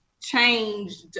changed